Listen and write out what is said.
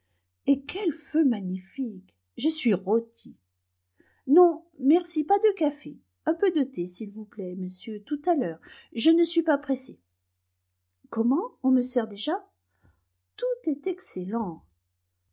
et quel feu magnifique je suis rôtie non merci pas de café un peu de thé s'il vous plaît monsieur tout à l'heure je ne suis pas pressée comment on me sert déjà tout est excellent